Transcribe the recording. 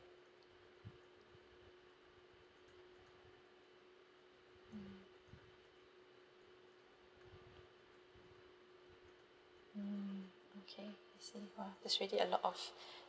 mm mm okay I see !wow! it's already a lot of